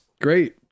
Great